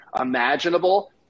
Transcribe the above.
imaginable